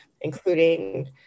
including